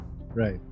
Right